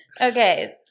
Okay